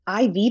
IV